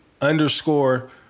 underscore